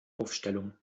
aufstellung